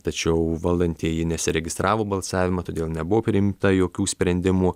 tačiau valdantieji nesiregistravo balsavimą todėl nebuvo priimta jokių sprendimų